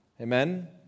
Amen